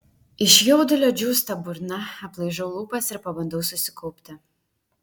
iš jaudulio džiūsta burna aplaižau lūpas ir pabandau susikaupti